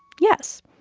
yes.